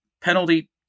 penalty